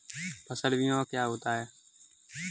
फसल बीमा क्या होता है?